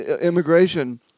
immigration